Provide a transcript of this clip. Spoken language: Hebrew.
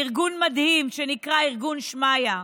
בארגון מדהים שנקרא ארגון "שמעיה".